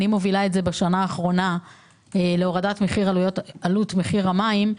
ואני מובילה בשנה האחרונה להורדת מחיר עלות המים,